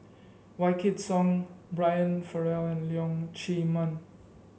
Wykidd Song Brian Farrell and Leong Chee Mun